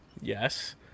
Yes